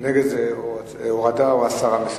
נגד זה הורדה, או הסרה מסדר-היום.